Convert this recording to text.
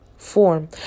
Form